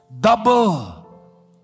Double